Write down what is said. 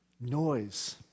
noise